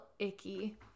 icky